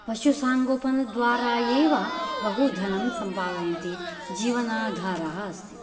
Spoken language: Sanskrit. पशुसाङ्गोपनद्वारा एव बहु धनं सम्पादयन्ति जीवनाधारः अस्ति